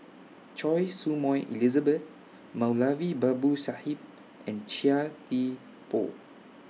Choy Su Moi Elizabeth Moulavi Babu Sahib and Chia Thye Poh